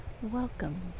Welcome